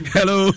Hello